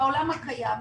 בעולם הקיים,